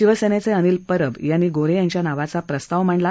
शिवसेनेचे अनिल परब यांनी गोन्हे यांच्या नावाचा प्रस्ताव मांडला